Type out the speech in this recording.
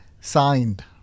signed